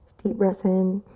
deep breath in.